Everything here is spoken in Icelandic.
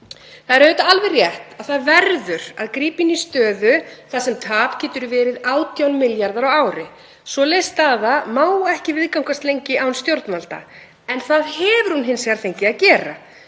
Það er auðvitað alveg rétt að það verður að grípa inn í stöðu þar sem tap getur verið 18 milljarðar á ári. Svoleiðis staða má ekki viðgangast lengi án stjórnvalda en það hefur hún hins vegar fengið að gera.